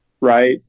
Right